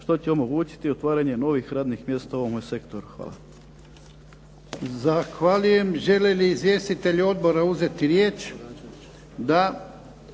što će omogućiti otvaranje novih radnih mjesta u ovome sektoru. Hvala.